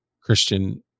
Christian